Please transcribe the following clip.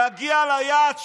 יגיע ליעד שלו.